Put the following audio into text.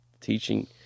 teaching